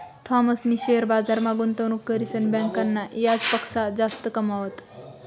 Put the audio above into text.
थॉमसनी शेअर बजारमा गुंतवणूक करीसन बँकना याजपक्सा जास्त कमावात